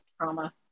trauma